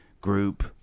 group